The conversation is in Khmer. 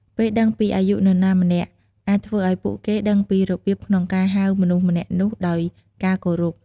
ពេលដឹងពីអាយុនរណាម្នាក់ អាចធ្វើឲ្យពួកគេដឹងពីរបៀបក្នុងការហៅមនុស្សម្នាក់នោះដោយការគោរព។